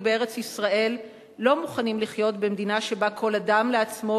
בארץ-ישראל לא מוכנים לחיות במדינה שבה כל אדם לעצמו,